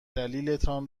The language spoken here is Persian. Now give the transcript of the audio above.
دلیلتان